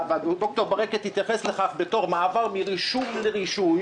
וד"ר ברקת התייחס לכך בתור מעבר מרישום לרישוי